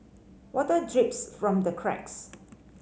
water drips from the cracks